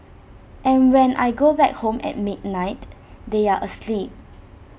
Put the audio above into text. and when I go back home at midnight they are asleep